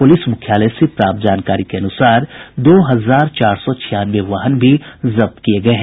police मुख्यालय से प्राप्त जानकारी के अनुसार दो हजार चार सौ छियानवे वाहन भी जब्त किये गये हैं